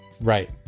Right